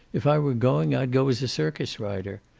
if i were going i'd go as a circus-rider.